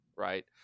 Right